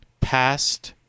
past